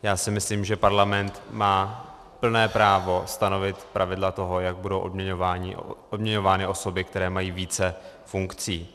Já si myslím, že parlament má plné právo stanovit pravidla toho, jak budou odměňovány osoby, které mají více funkcí.